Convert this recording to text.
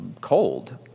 cold